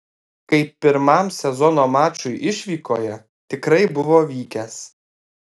kaip pirmam sezono mačui išvykoje tikrai buvo vykęs